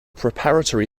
preparatory